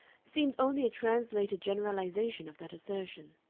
seemed only a translated generalization of that assertion.